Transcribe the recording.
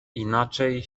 inaczej